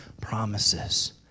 promises